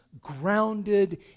grounded